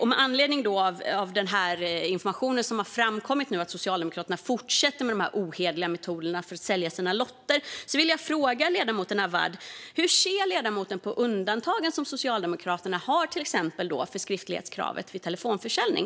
Med anledning av den information som har framkommit om att Socialdemokraterna fortsätter med dessa ohederliga metoder för att sälja sina lotter vill jag fråga ledamoten Awad hur hon ser på det undantag som Socialdemokraterna har när det gäller skriftlighetskravet vid telefonförsäljning.